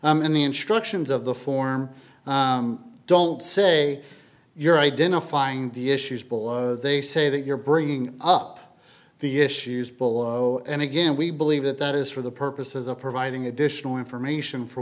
the instructions of the form don't say you're identifying the issues below they say that you're bringing up the issues below and again we believe that that is for the purposes of providing additional information for